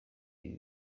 ibi